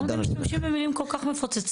למה אתם משתמשים במילים כל כך מפוצצות?